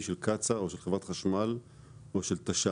של קצ"א או של חברת החשמל או של תש"נ.